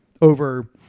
over